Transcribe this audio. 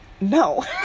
No